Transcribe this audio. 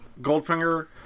Goldfinger